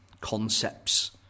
concepts